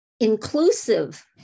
inclusive